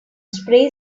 spray